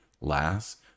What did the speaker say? last